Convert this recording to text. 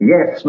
Yes